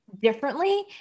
differently